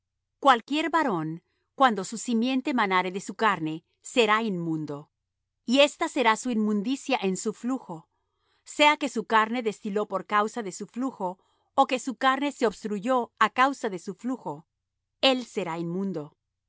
cualquier varón cuando su simiente manare de su carne será inmundo y esta será su inmundicia en su flujo sea que su carne destiló por causa de su flujo ó que su carne se obstruyó á causa de su flujo él será inmundo